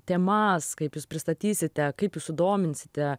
temas kaip jūs pristatysite kaip jūs sudominsite